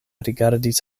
rigardis